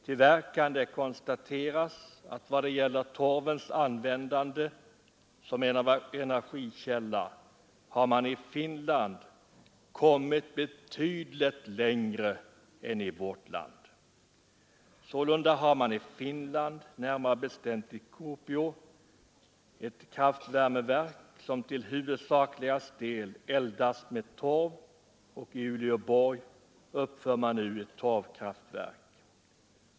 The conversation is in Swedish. Tyvärr kan det konstateras att vad gäller torvens användande som energikälla har man i Finland kommit betydligt längre än i vårt land. Sålunda har man i Finland, närmare bestämt i Kuopio, ett kraftvärmeverk som till huvudsaklig del eldas med torv, och i Uleåborg uppför man nu ett torvkraftverk.